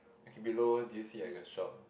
okay below do you see like a shop